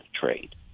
trade